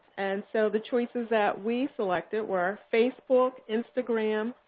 and so the choices that we selected were facebook, instagram,